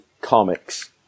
Comics